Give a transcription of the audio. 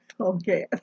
Okay